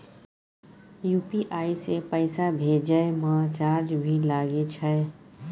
UPI से पैसा भेजै म चार्ज भी लागे छै?